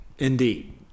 Indeed